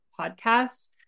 podcast